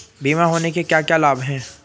बीमा होने के क्या क्या लाभ हैं?